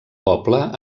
poble